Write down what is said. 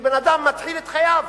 כאשר בן-אדם מתחיל את חייו,